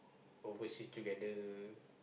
overseas together